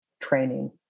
training